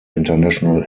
international